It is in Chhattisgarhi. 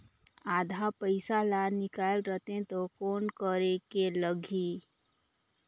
आधा पइसा ला निकाल रतें तो कौन करेके लगही?